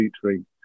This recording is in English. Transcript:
featuring